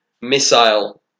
missile